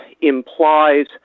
implies